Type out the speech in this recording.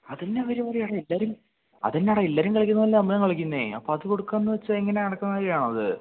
അത് എന്നാ പരിപാടിയാടാ എല്ലാവരും അതെന്നാടാ എല്ലാവരും കളിക്കുന്നത് പോലല്ലേ നമ്മളും കളിക്കുന്നത് അപ്പം അത് കൊടുക്കാമെന്ന് വെച്ചാൽ എങ്ങനെ നടക്കുന്ന കാര്യമാണോ അത്